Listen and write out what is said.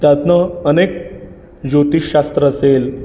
त्यातनं अनेक ज्योतिषशास्त्र असेल